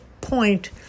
point